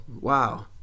wow